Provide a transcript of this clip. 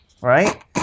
right